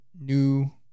new